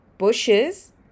Bushes